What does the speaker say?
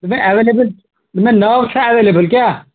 دوٚپمَے ایٚوَیلیبُل چھِ دوٚپمَے ناوٕ چھِ ایٚوَیلیبُل کیٛاہ